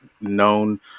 known